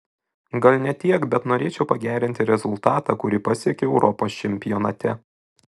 gal ne tiek bet norėčiau pagerinti rezultatą kurį pasiekiau europos čempionate